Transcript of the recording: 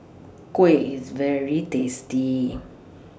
Kuih IS very tasty